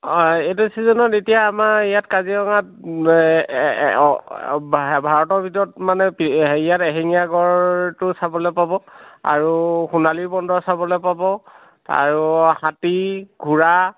অ' এইটো চিজনত এতিয়া আমাৰ ইয়াত কাজিৰঙাত ভাৰতৰ ভিতৰত মানে হেৰিয়াত এশিঙীয়া গঁড়টো চাবলৈ পাব আৰু সোণালী বান্দৰ চাবলৈ পাব আৰু হাতী ঘোঁৰা